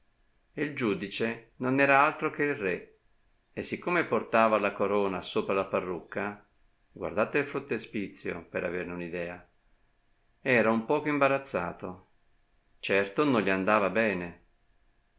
e il giudice non era altro che il re e siccome portava la corona sopra la parrucca guardate il frontespizio per averne un'idea era un poco imbarazzato certo non gli andava bene